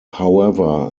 however